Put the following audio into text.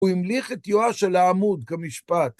הוא המליך את יואש על העמוד כמשפט.